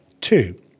Two